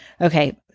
Okay